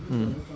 mm